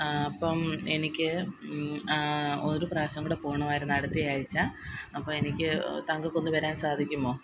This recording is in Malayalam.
അപ്പം എനിക്ക് ഒരു പ്രാവശ്യം കൂടെ പോകണമായിരുന്നു അടുത്ത ആഴ്ച അപ്പോൾ എനിക്ക് താങ്കൾക്കൊന്ന് വരാന് സാധിക്കുമോ